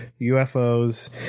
UFOs